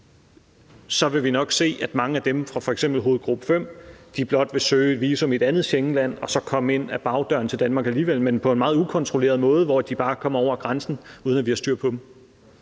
fordi vi nok vil se, at mange af dem fra f.eks. hovedgruppe 5 blot vil søge et visum i et andet Schengenland og så komme ind ad bagdøren til Danmark alligevel, men på en meget ukontrolleret måde, hvor de bare kommer over grænsen, uden at vi har styr på dem.